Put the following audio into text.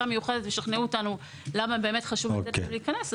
מיוחדת וישכנעו אותנו למה באמת חשוב לתת להם להיכנס,